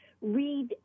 read